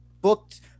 booked